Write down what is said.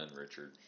Richard